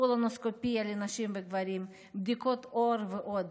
קולונוסקופיה לנשים וגברים, בדיקת עור ועוד.